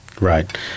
Right